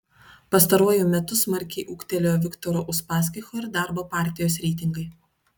pastaruoju metu smarkiai ūgtelėjo viktoro uspaskicho ir darbo partijos reitingai